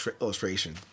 illustration